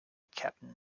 captain